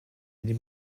les